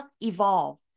Evolve